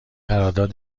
قرارداد